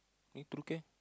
eh True Care